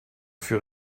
fut